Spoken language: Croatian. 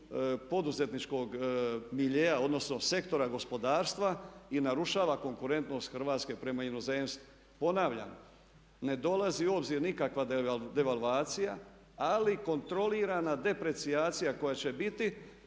poduzetničkog miljea, odnosno sektora gospodarstva i narušava konkurentnost Hrvatske prema inozemstvu. Ponavljam, ne dolazi u obzir nikakve devalvacija, ali kontrolirana deprecijacija koja će biti,